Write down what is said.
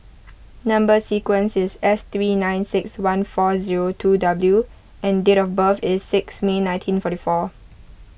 Number Sequence is S three nine six one four zero two W and date of birth is six May nineteen forty four